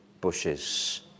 bushes